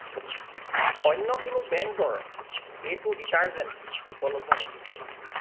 অন্য কোনো ব্ৰেণ্ডৰ এইটো ডিটাৰ্জেন্ট উপলব্ধ নেকি